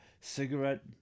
cigarette